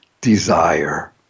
desire